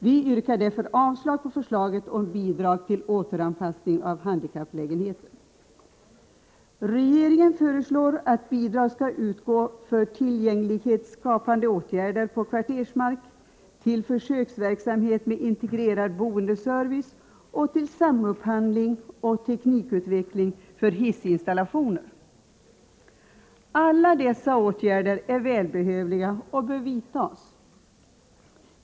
Vi yrkar därför avslag på förslaget om bidrag till återanpassning av handikapplägenheter. åtgärder på kvartersmark, till försöksverksamhet med integrerad boendeservice och till samupphandling och teknikutveckling för hissinstallationer. Alla dessa åtgärder är välbehövliga och bör vidtas.